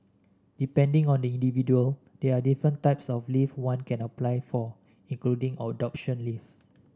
depending on the individual there are different types of leave one can apply for including adoption leave